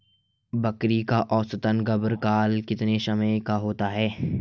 बकरी का औसतन गर्भकाल कितने समय का होता है?